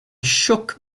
shook